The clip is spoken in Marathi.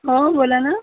हो बोला ना